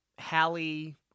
Hallie